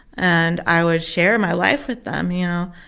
and i would share my life with them. you know